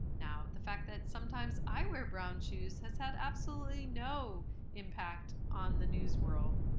now the fact that sometimes i wear brown shoes has has absolutely no impact on the news world.